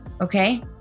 Okay